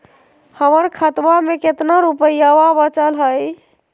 हमर खतवा मे कितना रूपयवा बचल हई?